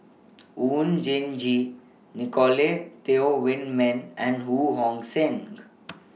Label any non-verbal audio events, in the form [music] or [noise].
[noise] Oon Jin Gee Nicolette Teo Wei Min and Ho Hong Sing